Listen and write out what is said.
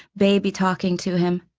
baby talking to him.